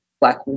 black